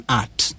art